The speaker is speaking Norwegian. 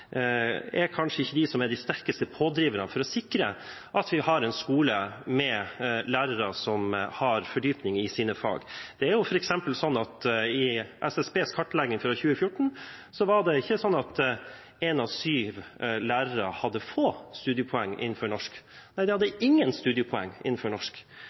kanskje ikke er de som er de sterkeste pådriverne for å sikre at vi har en skole med lærere som har fordypning i sine fag. Det går f.eks. fram av SSBs kartlegging fra 2014 at det var ikke sånn at én av syv lærere hadde få studiepoeng innenfor norsk. Nei, de hadde ingen studiepoeng innenfor norsk.